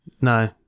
No